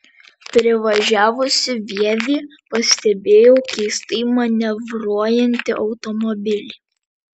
privažiavusi vievį pastebėjau keistai manevruojantį automobilį